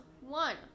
One